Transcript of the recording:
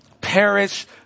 Perish